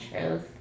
truth